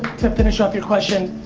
to finish off your question,